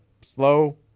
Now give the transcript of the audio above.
Slow